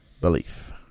belief